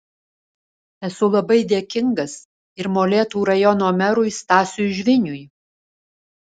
esu labai dėkingas ir molėtų rajono merui stasiui žviniui